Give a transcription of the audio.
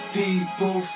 people